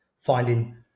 finding